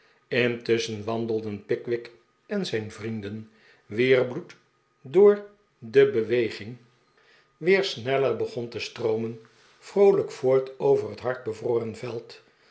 intusschen wandelden pickwick en zijn vrienden wier bloed door de beweging terug op manorrfarm weer sneller begon te stroomen vroolijk voort over het hard bevroren veld